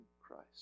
Christ